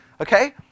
Okay